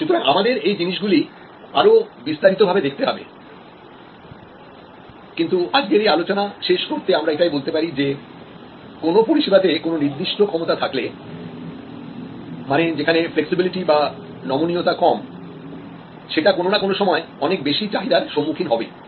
সুতরাং আমাদের এই জিনিসগুলি আরো বিস্তারিত ভাবে দেখতে হবে কিন্তু আজকের এই আলোচনা শেষ করতে আমরা এটাই বলতে পারি যে কোন পরিষেবাতে কোন নির্দিষ্ট ক্ষমতা থাকলে মানে যেখানে ফ্লেক্সিবিলিটি কম থাকলে সেটা কোন না কোন সময় অনেক বেশি চাহিদার সম্মুখীন হবে